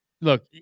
look